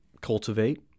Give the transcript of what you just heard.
cultivate